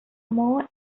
more